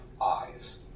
eyes